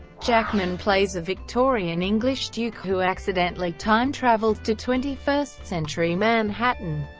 jackman plays a victorian english duke who accidentally time-travels to twenty first century manhattan,